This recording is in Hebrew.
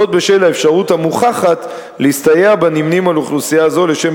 בשל האפשרות המוכחת להסתייע בנמנים עם אוכלוסייה זו לשם